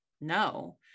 no